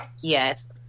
Yes